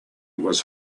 was